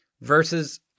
versus